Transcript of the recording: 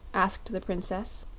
asked the princess.